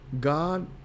God